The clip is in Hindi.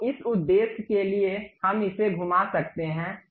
तो इस उद्देश्य के लिए हम इसे घुमा सकते हैं